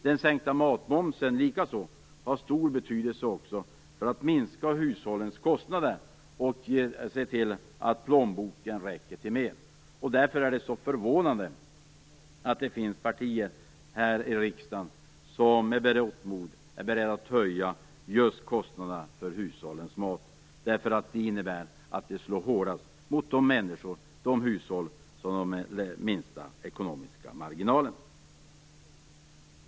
Den sänkta matmomsen har likaså en stor betydelse för att minska hushållens kostnader och få pengarna att räcka till mer. Därför är det förvånande att det finns partier i riksdagen som med berått mod är beredda att höja matkostnaderna för hushållen. Det innebär att det slår hårdast mot de människor och de hushåll som har de minsta ekonomiska marginalerna.